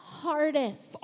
hardest